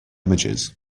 images